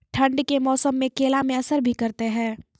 ठंड के मौसम केला मैं असर भी करते हैं?